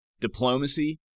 diplomacy